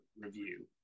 review